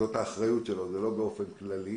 זאת האחריות שלו ולא באופן כללי.